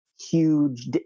huge